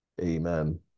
Amen